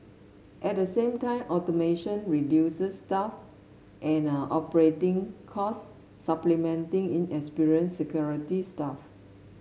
at the same time automation reduces staff and operating costs supplementing inexperienced security staff